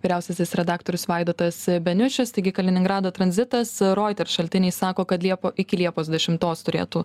vyriausiasis redaktorius vaidotas beniušis taigi kaliningrado tranzitas router šaltiniai sako kad liepa iki liepos dešimtos turėtų